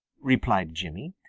replied jimmy,